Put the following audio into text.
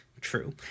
True